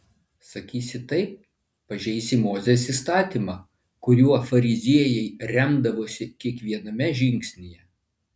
sakysi taip pažeisi mozės įstatymą kuriuo fariziejai remdavosi kiekviename žingsnyje